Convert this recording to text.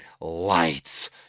lights